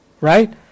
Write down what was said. Right